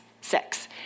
sex